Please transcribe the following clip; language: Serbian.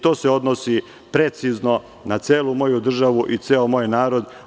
To se odnosi precizno na celu moju državu i ceo moj narod.